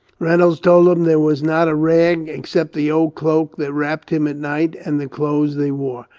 reynolds told him there was not a rag, except the old cloak that wrapped him at night and the clothes they wore.